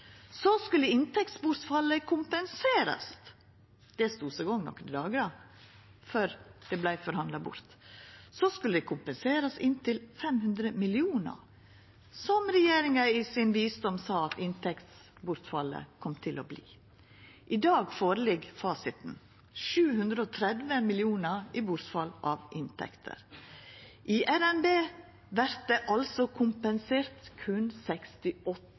Så skulle inntektsbortfallet kompenserast. Det stod seg òg i nokre dagar før det vart forhandla bort. Så skulle det kompenserast med inntil 500 mill. kr, som regjeringa i sin visdom sa at inntektsbortfallet kom til å verta. I dag ligg fasiten føre: 730 mill. kr i bortfall av inntekter. I RNB vert berre 68 pst. av inntektsbortfallet kompensert.